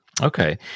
Okay